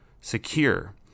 secure